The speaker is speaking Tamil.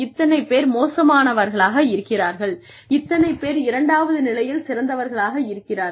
இத்தனை பேர் மோசமானவர்களாக இருக்கிறார்கள் இத்தனைப் பேர் இரண்டாவது நிலையில் சிறந்தவர்களாக இருக்கிறார்கள்